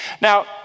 Now